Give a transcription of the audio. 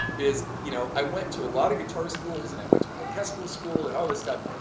is you know i went to a lot of guitar schools and i went to and orchestral school and all this stuff,